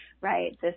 right